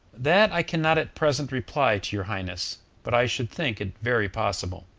that i can not at present reply to your highness but i should think it very possible.